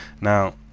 now